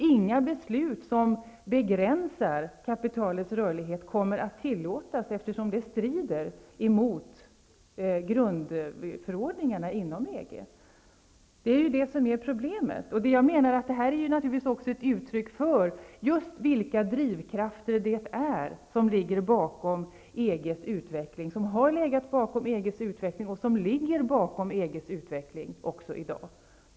Inga beslut som begränsar kapitalets rörlighet kommer att tillåtas eftersom det strider emot grundförordningarna inom EG. Detta är ju själva problemet. Det är också ett uttryck för just vilka drivkrafter som har legat bakom EG:s utveckling och som ligger bakom EG:s utveckling också i dag.